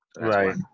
Right